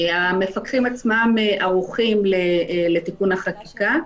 המפקחים עצמם ערוכים לתיקון החקיקה.